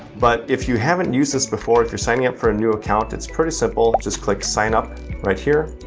but if you haven't used this before, if you're signing up for a new account, it's pretty simple. just click sign up right here.